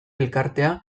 elkartea